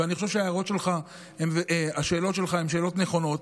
ואני חושב שהשאלות שלך הן שאלות נכונות.